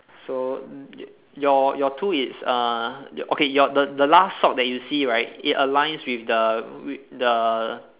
so your your two it's uh okay your the the last sock that you see right it aligns with the with the